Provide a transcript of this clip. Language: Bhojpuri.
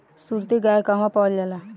सुरती गाय कहवा पावल जाला?